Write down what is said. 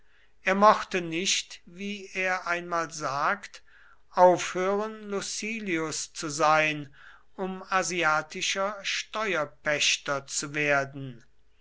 er mochte nicht wie er einmal sagt aufhören lucilius zu sein um asiatischer steuerpächter zu werden